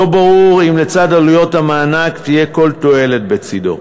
לא ברור אם לצד עלויות המענק תהיה כל תועלת בצדו.